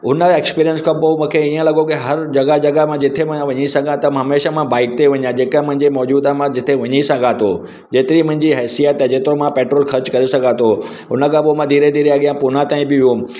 हुन एक्सपीरियंस खां पोइ मूंखे ईअं लॻो की हर जॻह जॻह मां जिथे मां वञी सघां त हमेशह मां बाइक ते वञां जेका मुंहिंजे मौजूदु आहे मां जिथे वञी सघां थो जेतिरी मुंहिजी हैसियत आहे जेतिरो मां पेट्रोल ख़र्चु करे सघां थो उनखां पोइ मां धीरे धीरे अॻियां पुना ताईं बि वियुमि